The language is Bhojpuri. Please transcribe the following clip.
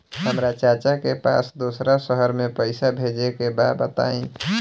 हमरा चाचा के पास दोसरा शहर में पईसा भेजे के बा बताई?